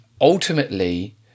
ultimately